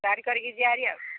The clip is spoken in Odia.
ଗାଡ଼ି କରିକି ଯିବା ଭାରି ଆଉ